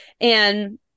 And-